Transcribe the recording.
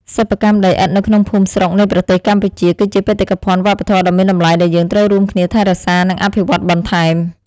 សិប្បកម្មដីឥដ្ឋនៅក្នុងភូមិស្រុកនៃប្រទេសកម្ពុជា គឺជាបេតិកភណ្ឌវប្បធម៌ដ៏មានតម្លៃដែលយើងត្រូវរួមគ្នាថែរក្សា និង អភិវឌ្ឍបន្ថែម។